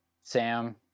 Sam